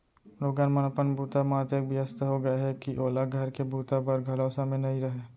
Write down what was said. लोगन मन अपन बूता म अतेक बियस्त हो गय हें के ओला घर के बूता बर घलौ समे नइ रहय